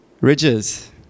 Ridges